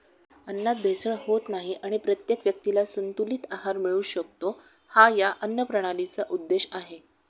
अन्नात भेसळ होत नाही आणि प्रत्येक व्यक्तीला संतुलित आहार मिळू शकतो, हा या अन्नप्रणालीचा उद्देश आहे